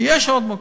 יש עוד מקום.